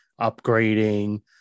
upgrading